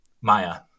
Maya